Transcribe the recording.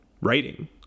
writing